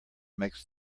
makes